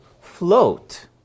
float